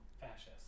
Fascist